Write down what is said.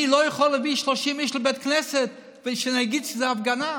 אני לא יכול להביא 30 איש לבית כנסת ושנגיד שזאת הפגנה.